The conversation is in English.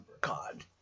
God